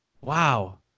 Wow